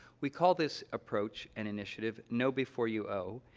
we call this approach and initiative know before you owe,